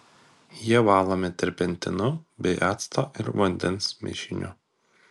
jie valomi terpentinu bei acto ir vandens mišiniu